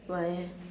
why eh